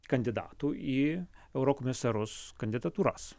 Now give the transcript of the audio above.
kandidatų į eurokomisarus kandidatūras